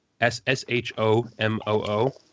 s-s-h-o-m-o-o